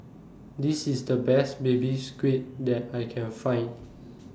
This IS The Best Baby Squid that I Can Find